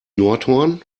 nordhorn